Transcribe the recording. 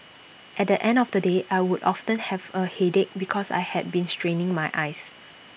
at the end of the day I would often have A headache because I had been straining my eyes